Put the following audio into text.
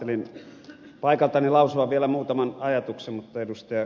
ajattelin paikaltani lausua vielä muutaman ajatuksen mutta ed